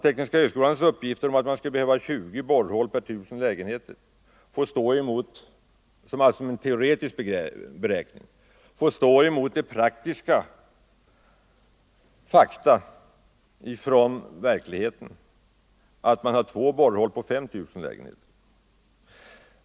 Tekniska högskolans uppgift om att det skulle behövas 20 borrhål per I 000 lägenheter, som är en teoretisk beräkning, får således stå mot fakta från verkligheten, att man har två borrhål per 5 000 lägenheter.